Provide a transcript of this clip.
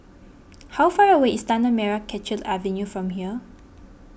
how far away is Tanah Merah Kechil Avenue from here